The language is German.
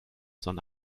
sonne